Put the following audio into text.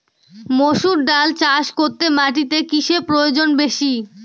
মুসুর ডাল চাষ করতে মাটিতে কিসে প্রয়োজন বেশী?